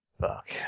Fuck